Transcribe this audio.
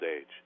age